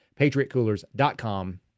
PatriotCoolers.com